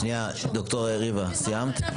שנייה, ד"ר ריבה, סיימת?